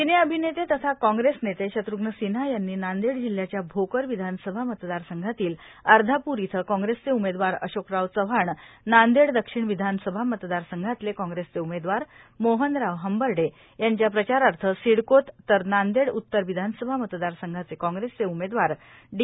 सिनेअभिनेते तथा काँग्रेसचे नेते शत्र्घ्न सिन्हा यांनी नांदेड जिल्ह्याच्या भोकर विधानसभा मतदारसंघातील अर्धापुर इथं काँग्रेसचे उमेदवार अशोकराव चव्हाण नांदेड दक्षिण विधानसभा मतदारसंघातले काँग्रेसचे उमेदवार मोहनराव हंबर्डे यांच्या प्रचारार्थ सिडकोत तर नांदेड उत्तर विधानसभा मतदारसंघाचे काँग्रेस उमेदवार डी